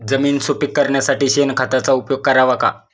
जमीन सुपीक करण्यासाठी शेणखताचा उपयोग करावा का?